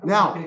Now